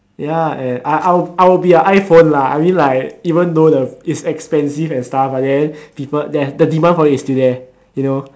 ya and I I'll I'll be a I phone lah I mean like even though the is expensive and stuff but then people then the demand for it is still there you know